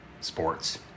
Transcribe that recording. sports